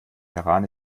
iran